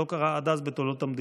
שלא קרה עד אז בתולדות המדינה,